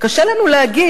קשה לנו להגיד,